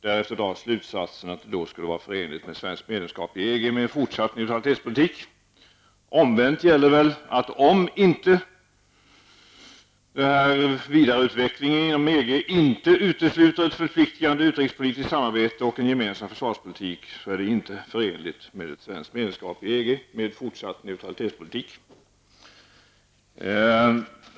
Därefter dras slutsatsen att det skulle gå att förena ett svenskt medlemskap i EG med en fortsatt neutralitetspolitik. Omvänt gäller väl att om inte vidareutvecklingen inom EG utesluter ett förpliktigande utrikespolitiskt samarbete och en gemensam försvarspolitik, är det inte förenligt med ett svenskt medlemskap i EG och en fortsatt neutralitetspolitik.